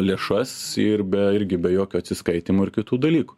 lėšas ir be irgi be jokio atsiskaitymo ir kitų dalykų